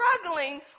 struggling